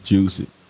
Juicy